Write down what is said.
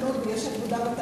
תקנות ויש עבודה בתעשייה.